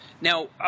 Now